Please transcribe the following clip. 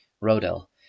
Rodel